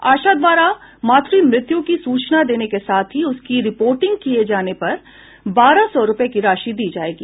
आशा द्वारा मातृ मृत्यु की सूचना देने के साथ ही उसकी रिपोर्टिंग किये जाने पर बारह सौ रूपये की राशि दी जायेगी